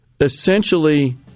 essentially